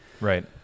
Right